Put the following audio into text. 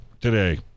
today